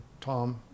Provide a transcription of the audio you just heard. Tom